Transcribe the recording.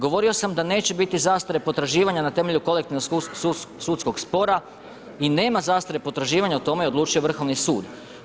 Govorio sam da neće biti zastare potraživanja na temelju kolektivnog sudskog spora i nema zastare potraživanja, o tome je odlučio Vrhovni sud.